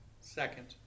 Second